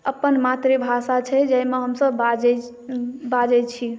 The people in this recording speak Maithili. अप्पन मातृभाषा छै जाहिमे हमसब बाजै छी